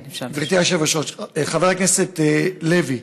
גברתי היושבת-ראש, חבר הכנסת לוי,